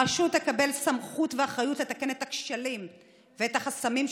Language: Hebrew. הרשות תקבל סמכות ואחריות לתקן את הכשלים ואת החסמים,